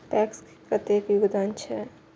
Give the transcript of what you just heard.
PACS के कतेक योगदान छै?